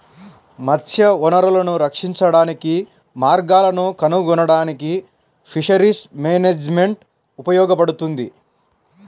మత్స్య వనరులను రక్షించడానికి మార్గాలను కనుగొనడానికి ఫిషరీస్ మేనేజ్మెంట్ ఉపయోగపడుతుంది